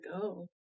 go